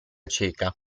ceca